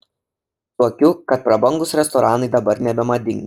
suokiu kad prabangūs restoranai dabar nebemadingi